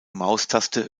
maustaste